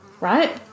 right